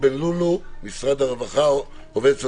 ליושב-ראש הוועדה וחברי הוועדה,